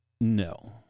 No